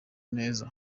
neza